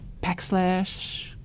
backslash